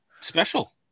special